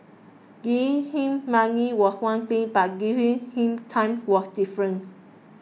giving him money was one thing but giving him time was different